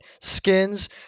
skins